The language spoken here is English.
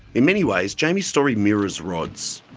in many ways, jamie's story mirrors rod's.